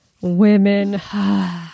Women